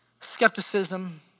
skepticism